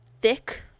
thick